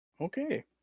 okay